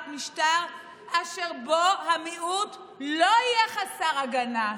משטר אשר בו המיעוט לא יהיה חסר הגנה.